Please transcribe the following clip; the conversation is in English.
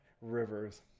Rivers